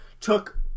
took